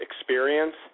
experience